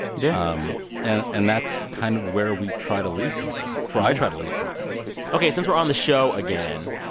yeah um and and that's kind of where we try to leave people where i try to leave people ok. since we're on the show again,